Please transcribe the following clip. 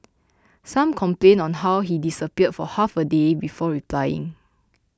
some complained on how he disappeared for half a day before replying